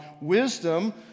Wisdom